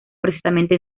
precisamente